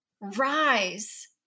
rise